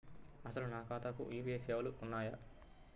అసలు నా ఖాతాకు యూ.పీ.ఐ సేవలు ఉన్నాయా?